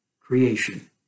Creation